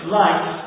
life